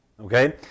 okay